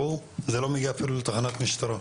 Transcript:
זה לא מגיע אפילו לתחנת משטרה.